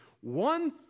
One